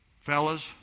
Fellas